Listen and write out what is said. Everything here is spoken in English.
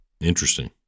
Interesting